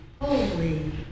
holy